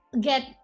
get